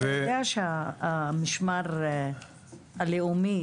אתה יודע שהמשמר הלאומי,